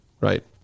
right